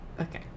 okay